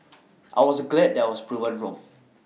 I was glad that I was proven wrong